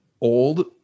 old